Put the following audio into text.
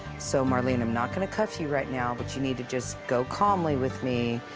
so maurlene, i'm not going to cuff you right now. but you need to just go calmly with me.